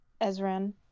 Ezran